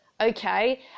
okay